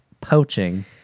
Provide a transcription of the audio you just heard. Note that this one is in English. poaching